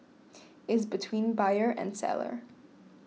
is between buyer and seller